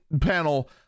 panel